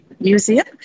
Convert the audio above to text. Museum